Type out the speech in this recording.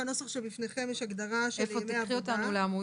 בנוסח שבפניכם יש הגדרה של "ימי עבודה",